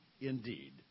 indeed